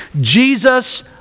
Jesus